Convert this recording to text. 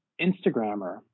Instagrammer